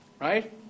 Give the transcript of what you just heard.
Right